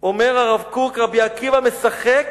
אומר הרב קוק: רבי עקיבא משחק